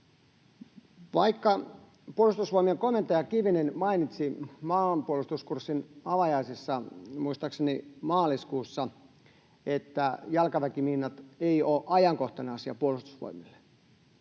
Vaikka Puolustusvoimien komentaja Kivinen mainitsi maanpuolustuskurssin avajaisissa maaliskuussa, että jalkaväkimiinat eivät ole ajankohtainen asia Puolustusvoimille,